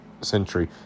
century